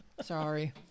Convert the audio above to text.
Sorry